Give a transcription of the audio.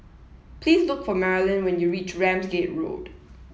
please look for Marylyn when you reach Ramsgate Road